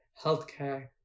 healthcare